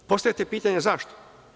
Postavljate pitanje – zašto?